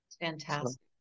Fantastic